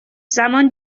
زمان